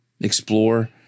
explore